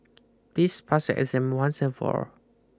please pass exam once and for all